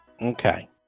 Okay